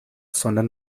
sondern